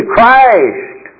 Christ